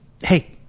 Hey